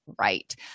right